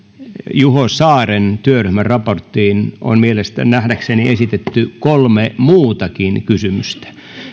juho saaren työryhmän raportista on nähdäkseni esitetty kolme muutakin kysymystä